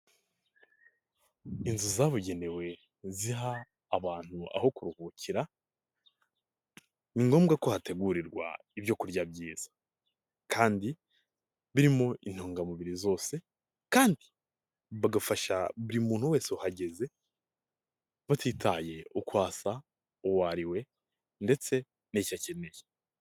Inzu zabugenewe ziha abantu aho kuruhukira, ni ngombwa ko hategurirwa ibyoku kurya byiza kandi birimo intungamubiri zose kandi bagafasha buri muntu wese uhageze batitaye uko asa, uwo ari we ndetse n'icyo akeneye.